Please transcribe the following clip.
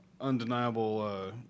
undeniable